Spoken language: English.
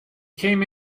came